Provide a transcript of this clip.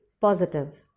positive